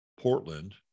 Portland